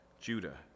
Judah